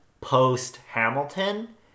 post-Hamilton